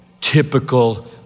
typical